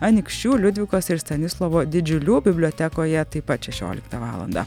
anykščių liudvikos ir stanislovo didžiulių bibliotekoje taip pat šešioliktą valandą